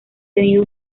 tenido